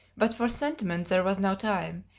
but for sentiment there was no time,